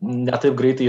ne taip greitai